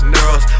girls